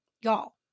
y'all